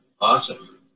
Awesome